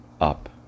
up